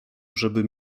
żeby